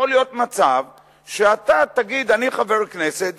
יכול להיות מצב שאתה תגיד: אני חבר כנסת,